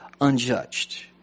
unjudged